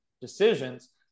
decisions